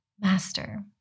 Master